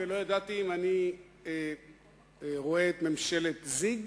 הבוקר קמתי ולא ידעתי אם אני רואה את ממשלת זיג